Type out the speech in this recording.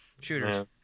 shooters